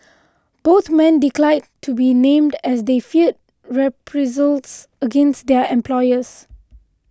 both men declined to be named as they feared reprisals against their employers